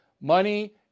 Money